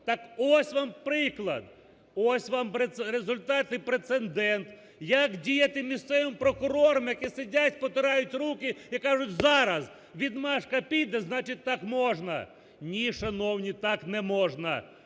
Так ось вам приклад, ось вам результат і прецедент, як діяти місцевим прокурорам, які сидять, потирають руки і кажуть: "Зараз відмашка піде – значить, так можна". Ні, шановні, так не можна.